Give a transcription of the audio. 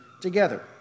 together